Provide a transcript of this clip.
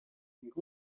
ning